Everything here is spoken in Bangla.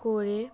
করে